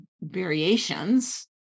variations